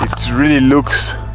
really looks